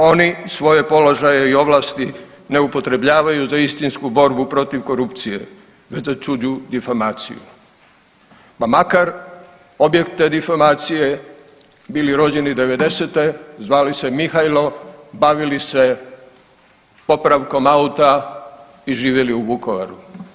Oni svoje položaje i ovlasti ne upotrebljavaju za istinsku borbu protiv korupcije, već za … difamaciju pa makar objekti difamacije bili rođeni '90.-te zvali se Mihajlo, bavili se popravkom auta i živjeli u Vukovaru.